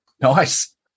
Nice